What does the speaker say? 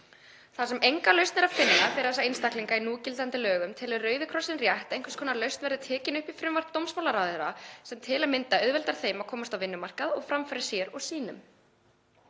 Þar sem enga lausn er að finna fyrir þessa einstaklinga í núgildandi lögum telur Rauði krossinn rétt að einhvers konar lausn verði tekin upp í frumvarp dómsmálaráðherra sem t.a.m. auðveldar þeim að komast á vinnumarkað og framfæra sér og sínum.